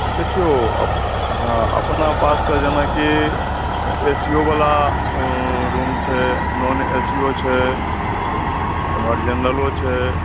देखियौ हँ अपना पास तऽ जेनाकि एसीयो वाला रूम छै नॉन एसीयो छै एमहर जनरलो छै